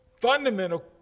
fundamental